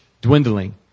dwindling